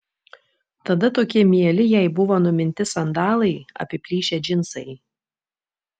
tada tokie mieli jai buvo numinti sandalai apiplyšę džinsai